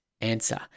answer